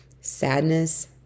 Sadness